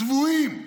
צבועים.